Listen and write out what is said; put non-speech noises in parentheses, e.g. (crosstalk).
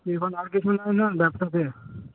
(unintelligible) আর কিছুই হয় না ব্যবসা শেষ